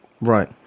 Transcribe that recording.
Right